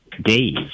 days